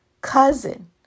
cousin